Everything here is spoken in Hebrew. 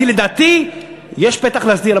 כי לדעתי יש פתח להסדיר.